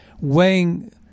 weighing